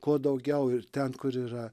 kuo daugiau ir ten kur yra